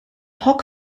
hoc